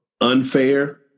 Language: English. unfair